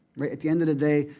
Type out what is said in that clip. at the end of the day,